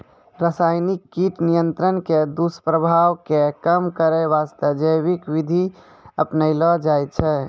रासायनिक कीट नियंत्रण के दुस्प्रभाव कॅ कम करै वास्तॅ जैविक विधि अपनैलो जाय छै